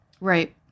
Right